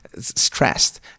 stressed